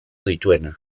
dituena